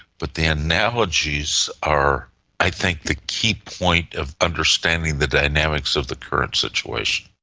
but the analogies are i think the key point of understanding the dynamics of the current situation.